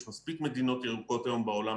יש מספיק מדינות ירוקות היום בעולם,